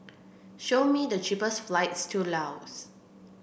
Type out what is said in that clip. show me the cheapest flights to Laos